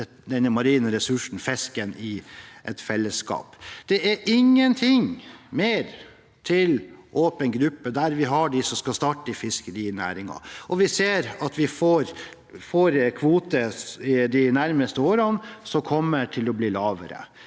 denne marine ressursen, i et fellesskap. Det er ingenting mer til åpen gruppe, der vi har dem som skal starte i fiskerinæringen, og vi ser at vi får kvoter som kommer til å bli lavere